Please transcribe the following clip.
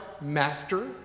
master